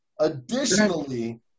Additionally